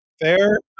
Fair